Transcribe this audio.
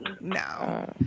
No